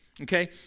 Okay